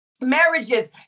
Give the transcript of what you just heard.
marriages